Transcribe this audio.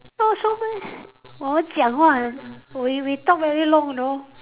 oh so ma~ 我讲话 we we talk very long you know